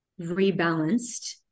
rebalanced